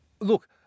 Look